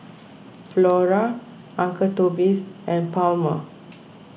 Flora Uncle Toby's and Palmer